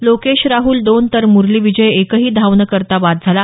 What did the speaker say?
लोकेश राहुल दोन तर मुरली विजय एकही धाव न करता बाद झाला